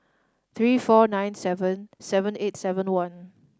three four nine seven seven eight seven one